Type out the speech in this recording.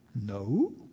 No